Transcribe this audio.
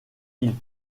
ils